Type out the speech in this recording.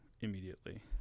immediately